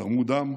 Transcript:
תרמו דם,